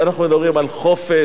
אנחנו מדברים על חופש,